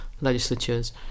legislatures